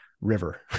river